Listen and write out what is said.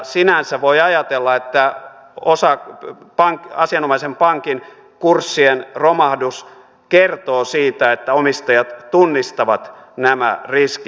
sinänsä voi ajatella että osa asianomaisen pankin kurssien romahdus kertoo siitä että omistajat tunnistavat nämä riskit